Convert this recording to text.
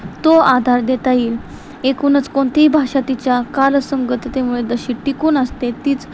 तो आधार देता येईल एकूणच कोणतीही भाषा तिच्या कालसंगततेमुळे जशी टिकून असते तीच